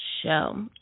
show